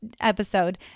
episode